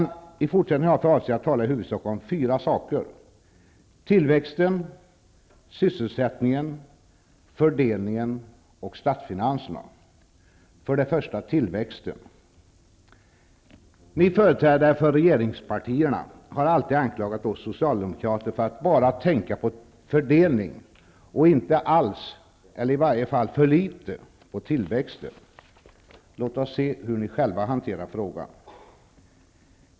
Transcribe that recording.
Jag har för avsikt att i fortsättningen tala om i huvudsak fyra saker: tillväxten, sysselsättningen, fördelningen och statsfinanserna. Jag börjar med tillväxten. Ni företrädare för regeringspartierna har alltid anklagat oss socialdemokrater för att bara tänka på fördelning och inte alls, eller i varje fall för litet, på tillväxten. Låt oss se hur ni själva hanterar frågan.